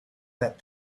that